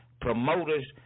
promoters